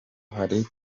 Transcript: hari